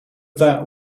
that